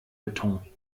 beton